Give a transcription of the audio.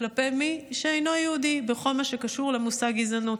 כלפי מי שאינו יהודי בכל מה שקשור למושג גזענות.